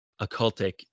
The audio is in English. occultic